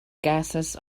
gases